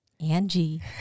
Angie